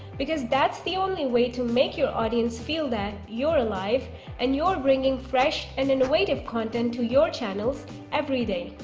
because that's the only way to make your audience feel that you're alive and you're bringing fresh and innovative content to your channels every day.